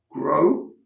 grow